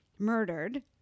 murdered